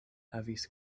havis